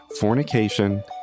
fornication